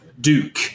duke